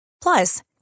Plus